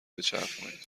بچرخونید